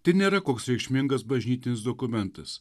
tai nėra koks reikšmingas bažnytinis dokumentas